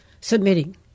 submitting